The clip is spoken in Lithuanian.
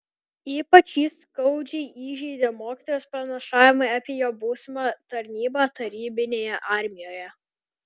ypač jį skaudžiai įžeidė mokytojos pranašavimai apie jo būsimą tarnybą tarybinėje armijoje